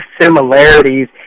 similarities